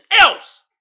else